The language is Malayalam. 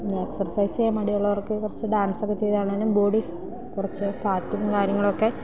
പിന്നെ എക്സർസൈസ് ചെയ്യാൻ മടിയുള്ളവർക്ക് കുറച്ച് ഡാൻസൊക്കെ ചെയ്താണെങ്കിലും ബോഡി കുറച്ച് ഫാറ്റും കാര്യങ്ങളൊക്കെ